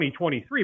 2023